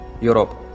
Europe